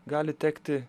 gali tekti